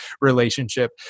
relationship